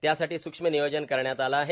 त्यासाठी सूक्ष्म नियोजन करण्यात आले आहे